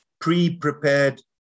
pre-prepared